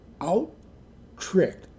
out-trick